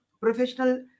professional